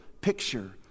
picture